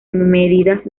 medidas